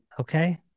Okay